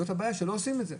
הבעיה היא שלא עושים את זה.